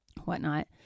whatnot